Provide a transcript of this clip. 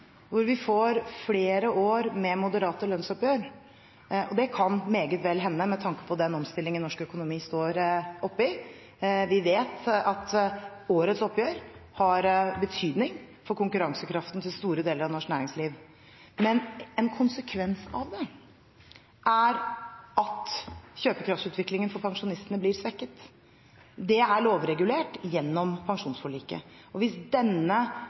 hvor vi får flere år med moderate lønnsoppgjør, og det kan meget vel hende med tanke på den omstillingen norsk økonomi står oppe i. Vi vet at årets oppgjør har betydning for konkurransekraften til store deler av norsk næringsliv. Men en konsekvens av det er at kjøpekraftsutviklingen for pensjonistene blir svekket. Det er lovregulert gjennom pensjonsforliket. Hvis denne